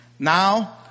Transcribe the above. Now